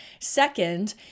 Second